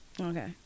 Okay